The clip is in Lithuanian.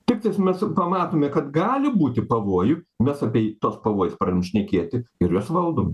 tiktais mes pamatome kad gali būti pavojų mes apie tuos pavojus pradedam šnekėti ir juos valdom